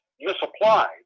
misapplied